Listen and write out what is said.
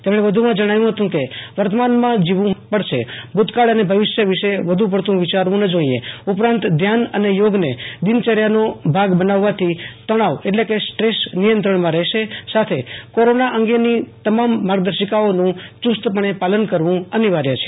તેમણે વધુ માં જણાવ્યુ હતું કે વર્તમાનમાં જીવવુ પડશે ભુતકાળ અને ભવિષ્ય વિષે વધુ પડતુ વિયારવુ ન જોઈએ ઉપરાંત ધ્યાન અને થોગને દિનચર્યાનો ભાગ બનાવવાથી તણાવ સ્ટ્રેશ નિયંત્રણમાં રહેશે સાથે સાથે કોરોના અંગેની તમામ માર્ગદર્શિકાઓનું યુસ્તપણે પાલનકરવુ અનિવાર્ય છે